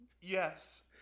Yes